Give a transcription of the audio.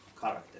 character